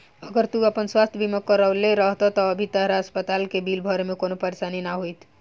अगर तू आपन स्वास्थ बीमा करवले रहत त अभी तहरा अस्पताल के बिल भरे में कवनो परेशानी ना होईत